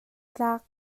tlak